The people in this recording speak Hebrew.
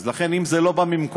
אז לכן, אם זה לא בא ממקורות